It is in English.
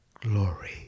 glory